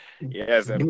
Yes